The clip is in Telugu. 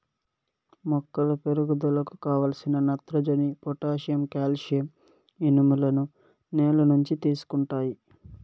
మొక్కల పెరుగుదలకు కావలసిన నత్రజని, పొటాషియం, కాల్షియం, ఇనుములను నేల నుంచి తీసుకుంటాయి